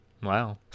Wow